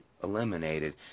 Eliminated